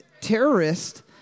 terrorist